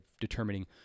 determining